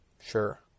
Sure